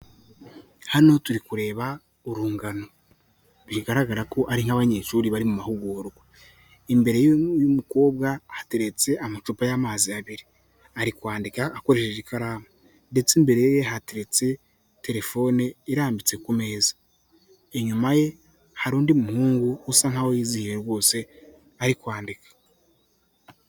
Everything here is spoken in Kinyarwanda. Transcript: Hano turi kureba urungano, bigaragara ko ari nk'abanyeshuri bari mu mahugurwa, imbere y'umukobwa hateretse amacupa y'amazi abiri, ari kwandika akoresheje ikaramu ndetse imbere ye hateretse telefone irambitse ku meza, inyuma ye hari undi muhungu usa nk'aho yizihihwe rose ari kwandika.